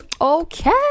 okay